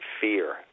fear